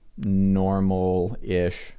normal-ish